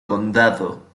condado